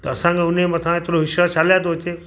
त असांखे हुनजे मथां एतिरो विश्वास छा लाए थो अचे